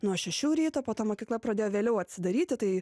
nuo šešių ryto po to mokykla pradėjo vėliau atsidaryti tai